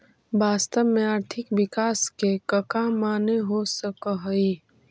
वास्तव में आर्थिक विकास के कका माने हो सकऽ हइ?